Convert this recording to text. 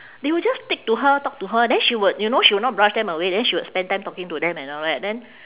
they will just stick to her talk to her then she would you know she would not brush them away then she would spent time talking to them and all that then